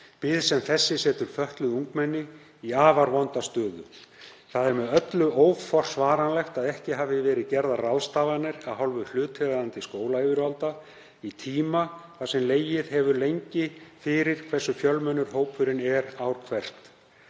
Bið sem þessi setur fötluð ungmenni í afar vonda stöðu. Það er með öllu óforsvaranlegt að ekki hafi verið gerðar ráðstafanir af hálfu hlutaðeigandi skólayfirvalda í tíma þar sem legið hefur lengi fyrir hversu fjölmennur hópurinn er ár hvert.